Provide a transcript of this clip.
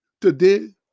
today